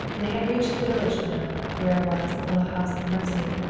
they had reached the village now where was the little house of mercy.